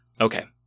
Okay